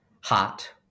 hot